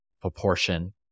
proportion